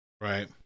Right